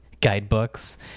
guidebooks